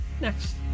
Next